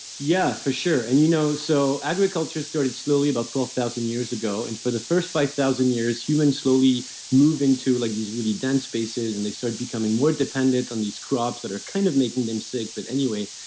yeah, for sure. and you know so agriculture started slowly about twelve thousand years ago, and for the first five thousand years, humans slowly move into like these really dense spaces and they start becoming more dependent on these crops that are kind of making them sick. but anyway,